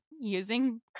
using